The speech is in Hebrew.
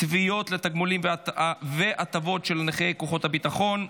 (תביעות לתגמולים והטבות של נכי כוחות הביטחון,